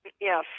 Yes